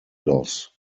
loss